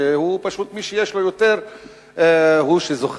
פשוט משום שמי שיש לו יותר הוא שזוכה.